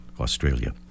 Australia